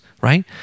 right